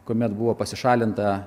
kuomet buvo pasišalinta